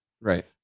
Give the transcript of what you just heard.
Right